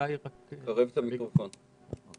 אני